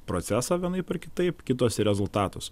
procesą vienaip ar kitaip kitos į rezultatus